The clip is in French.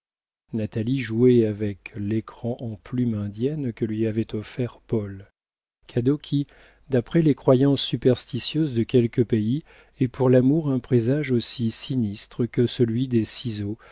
natalie jouait avec l'écran en plumes indiennes que lui avait offert paul cadeau qui d'après les croyances superstitieuses de quelques pays est pour l'amour un présage aussi sinistre que celui des ciseaux